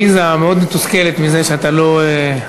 עליזה מאוד מתוסכלת מזה שאתה לא,